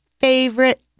favorite